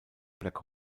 black